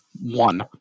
one